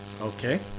okay